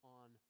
on